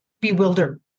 bewildered